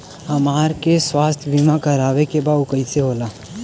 हमरा के स्वास्थ्य बीमा कराए के बा उ कईसे होला?